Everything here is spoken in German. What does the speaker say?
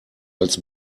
als